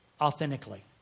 authentically